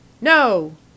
no